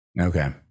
okay